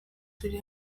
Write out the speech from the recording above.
turi